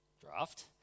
Draft